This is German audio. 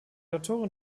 autorin